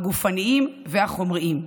הגופניים והחומריים.